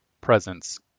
Presence